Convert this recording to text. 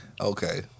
Okay